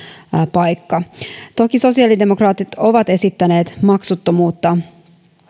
paikka toki sosiaalidemokraatit ovat esittäneet maksuttomuutta